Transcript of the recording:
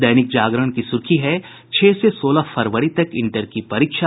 दैनिक जागरण की सुर्खी है छह से सोलह फरवरी तक इंटर की परीक्षा